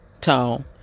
tall